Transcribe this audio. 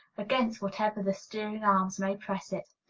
against whatever the steering arms may press it.